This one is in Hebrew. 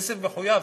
כסף מחויב,